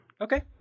Okay